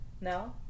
No